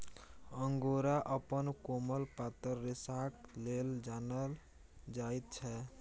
angora अपन कोमल पातर रेशाक लेल जानल जाइत छै